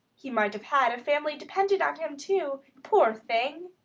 he might have had a family dependent on him too poor thing!